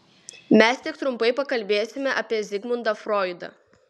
mes tik trumpai pakalbėsime apie zigmundą froidą